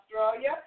Australia